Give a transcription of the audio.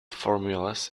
formulas